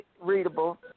readable